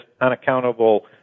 unaccountable